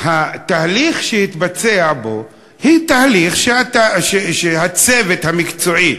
והתהליך שהתבצע פה הוא תהליך שהצוות המקצועי